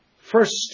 First